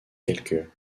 quelques